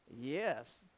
Yes